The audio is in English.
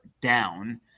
down